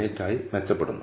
98 ആയി മെച്ചപ്പെടുന്നു